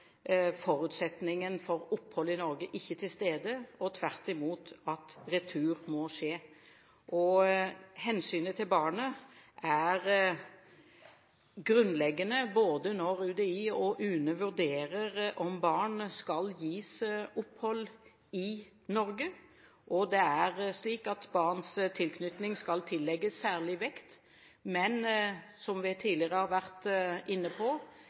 forutsetningen for opphold i Norge ikke til stede, og retur må tvert imot skje. Hensynet til barnet er grunnleggende når UDI og UNE vurderer om barn skal gis opphold i Norge. Det er slik at barns tilknytning skal tillegges særlig vekt, men – som vi tidligere har vært inne på